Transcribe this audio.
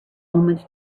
omens